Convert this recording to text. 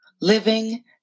living